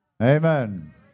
Amen